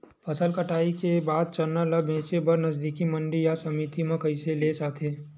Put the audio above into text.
फसल कटाई के बाद चना ला बेचे बर नजदीकी मंडी या समिति मा कइसे ले जाथे?